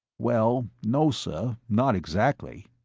well, no sir, not exactly.